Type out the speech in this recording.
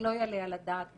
זה לא יעלה על הדעת.